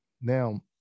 Now